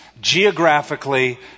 geographically